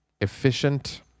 Efficient